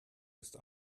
ist